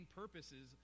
purposes